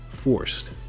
Forced